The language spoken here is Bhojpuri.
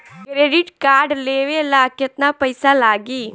क्रेडिट कार्ड लेवे ला केतना पइसा लागी?